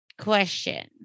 Question